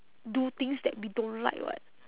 do things that we don't like [what]